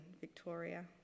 Victoria